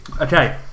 Okay